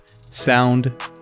Sound